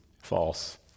False